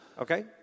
Okay